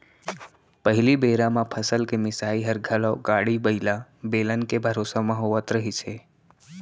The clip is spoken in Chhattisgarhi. पहिली बेरा म फसल के मिंसाई हर घलौ गाड़ी बइला, बेलन के भरोसा म होवत रहिस हे